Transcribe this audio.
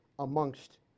amongst